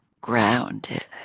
grounded